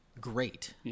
great